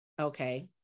okay